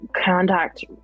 contact